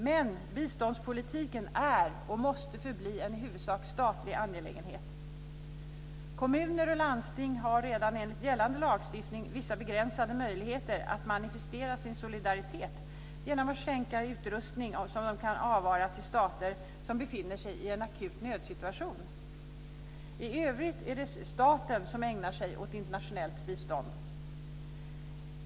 Men biståndspolitiken är och måste förbli en i huvudsak statlig angelägenhet. Kommuner och landsting har redan enligt gällande lagstiftning vissa begränsade möjligheter att manifestera sin solidaritet genom att skänka utrustning som de kan avvara till stater som befinner sig i en akut nödsituation. I övrigt är det staten som ägnar sig åt internationellt bistånd.